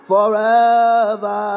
Forever